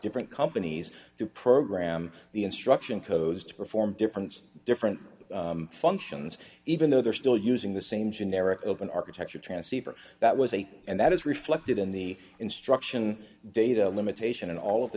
different companies to program the instruction codes to perform different different functions even though they're still using the same generic open architecture transceiver that was a and that is reflected in the instruction data limitation and all of the